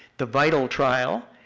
the vital trial